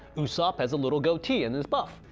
usopp has a lil goatee and is buff,